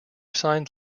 signed